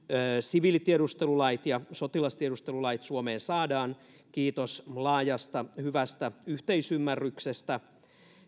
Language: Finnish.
siviilitiedustelulait ja sotilastiedustelulait suomeen saadaan kiitos laajasta hyvästä yhteisymmärryksestä